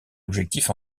objectif